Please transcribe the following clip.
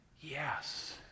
Yes